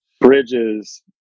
bridges